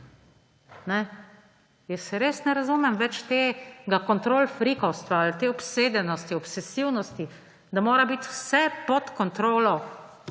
Jaz res ne razumem več tega kontrolfrikovstva ali te obsedenosti, obsesivnosti, da mora biti vse pod kontrolo